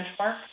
benchmark